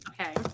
Okay